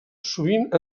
sovint